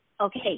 Okay